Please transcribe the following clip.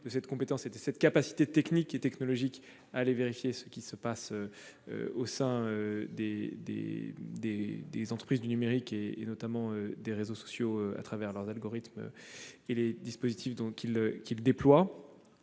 de cette compétence et de la capacité technique et technologique à vérifier ce qui se passe au sein des entreprises du numérique, notamment des réseaux sociaux, à travers leurs algorithmes et les dispositifs qu'elles déploient.